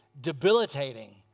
debilitating